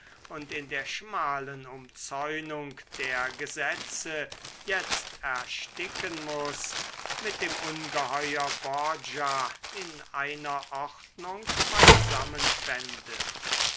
und in der schmalen umzäunung der gesetze jetzt ersticken muß mit dem ungeheuer borgia in einer ordnung beisammen fände